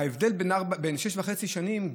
ההבדל בין ארבע לשש וחצי שנים,